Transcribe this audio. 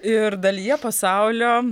ir dalyje pasaulio